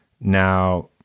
now